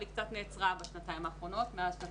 אבל היא קצת נעצרה בשנתיים האחרונות מאז שנת